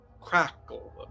crackle